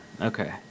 Okay